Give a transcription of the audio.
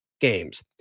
games